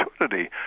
opportunity